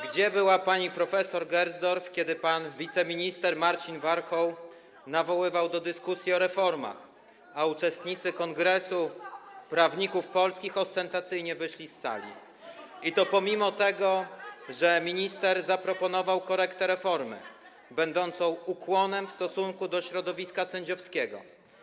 Gdzie była pani prof. Gersdorf, kiedy pan wiceminister Marcin Warchoł nawoływał do dyskusji o reformach, a uczestnicy Kongresu Prawników Polskich ostentacyjnie wyszli z sali, i to pomimo że minister zaproponował korektę reformy będącą ukłonem w stosunku do środowiska sędziowskiego?